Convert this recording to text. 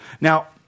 Now